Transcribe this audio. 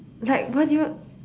like where do you